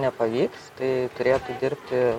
nepavyks tai turėtų dirbti